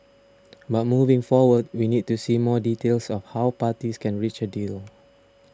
but moving forward we need to see more details of how parties can reach a deal